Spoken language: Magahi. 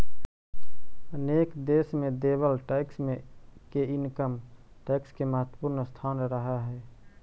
अनेक देश में देवल टैक्स मे के इनकम टैक्स के महत्वपूर्ण स्थान रहऽ हई